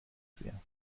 sehr